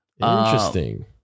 interesting